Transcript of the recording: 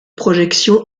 projection